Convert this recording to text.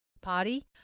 Party